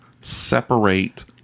separate